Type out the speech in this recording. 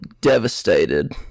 devastated